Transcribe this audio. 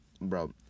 bro